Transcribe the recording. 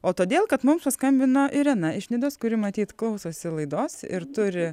o todėl kad mums paskambino irena iš nidos kuri matyt klausosi laidos ir turi